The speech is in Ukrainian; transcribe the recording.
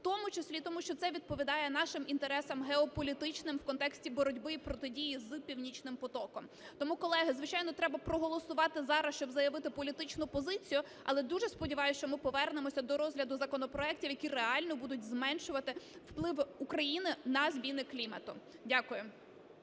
тому числі і тому, що це відповідає нашим інтересам геополітичним в контексті боротьби і протидії з "Північним потоком". Тому, колеги, звичайно, треба проголосувати зараз, щоб заявити політичну позицію, але дуже сподіваюсь, що ми повернемося до розгляду законопроектів, які реально будуть зменшувати впливи України на зміни клімату. Дякую.